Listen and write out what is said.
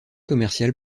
commercial